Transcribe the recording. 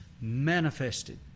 manifested